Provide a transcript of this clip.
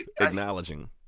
acknowledging